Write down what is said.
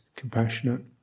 compassionate